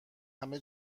همه